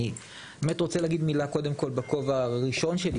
אני רוצה להגיד מילה קודם כל בכובע הראשון שלי,